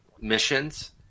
missions